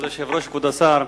כבוד היושב-ראש, כבוד השר,